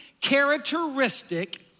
characteristic